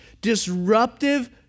disruptive